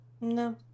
No